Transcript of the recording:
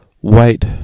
white